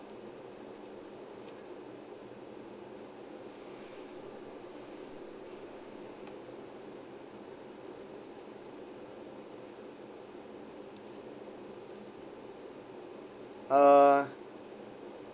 uh